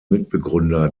mitbegründer